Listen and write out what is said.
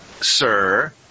sir